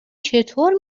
چطور